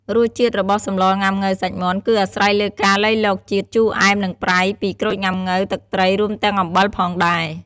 រសជាតិរបស់សម្លងុាំង៉ូវសាច់មាន់ គឺអាស្រ័យលើការលៃលកជាតិ ជូរ អែម និងប្រៃ ពីក្រូចងុាំង៉ូវ ទឹកត្រី រួមទាំងអំបិលផងដែរ។